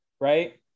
right